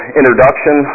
introduction